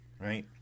right